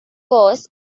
was